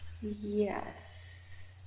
Yes